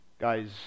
guys